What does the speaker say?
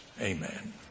amen